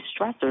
stressors